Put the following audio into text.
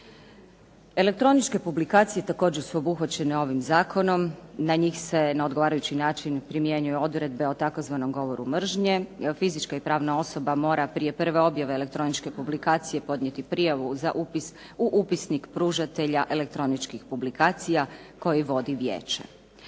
Elektroničke publikacije također su obuhvaćene ovim Zakonom, na njih se na odgovarajući način primjenjuju odredbe o tzv. Govoru mržnje, jer fizička i pravna osoba mora prije prve objave elektroničke publikacije podnijeti prijavu za upis u Upisnik pružatelja elektroničkih publikacije koje vodi Vijeće.